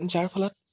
যাৰ ফলত